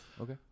okay